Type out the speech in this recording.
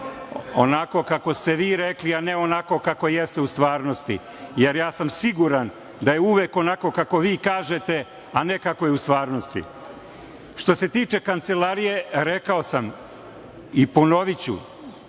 onako kako ste vi rekli, a ne onako kako jeste u stvarnosti, jer ja sam siguran da je uvek onako kako vi kažete, a ne kako je u stvarnosti. Što se tiče Kancelarije, rekao sam i ponoviću,